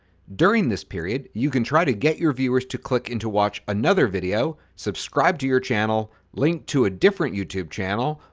during this period you can try to get your viewers to click in to watch another video, subscribe to your channel, link to a different youtube channel,